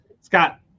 Scott